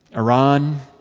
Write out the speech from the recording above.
iran.